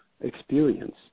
experience